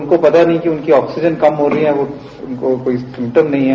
उनको पता नहीं है कि उनकी ऑक्सीजन कम हो रही है उनको कोई सिंटम नहीं है